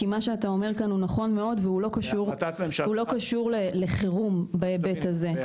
כי מה שאתה אומר כאן הוא נכון מאוד והוא לא קשור לחירום בהיבט הזה,